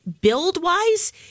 build-wise